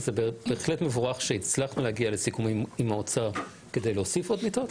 זה בהחלט מבורך שהצלחנו להגיע לסיכומים עם האוצר כדי להוסיף עוד מיטות.